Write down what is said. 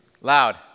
Loud